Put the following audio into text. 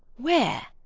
where?